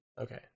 Okay